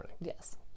Yes